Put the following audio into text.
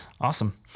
Awesome